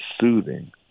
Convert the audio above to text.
soothing